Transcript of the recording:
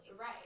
right